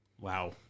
Wow